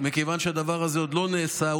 מכיוון שהדבר הזה עוד לא נעשה,